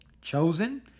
Chosen